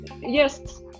Yes